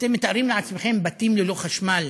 אתם מתארים לעצמכם בתים ללא חשמל